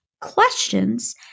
questions